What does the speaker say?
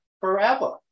forever